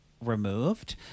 removed